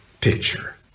picture